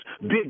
big